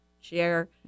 share